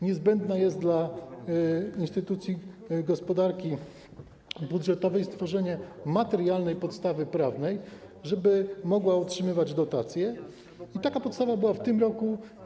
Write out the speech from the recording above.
Niezbędne jest dla instytucji gospodarki budżetowej stworzenie materialnej podstawy prawnej, żeby mogła otrzymywać dotacje, i taka podstawa była w tym roku.